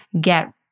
get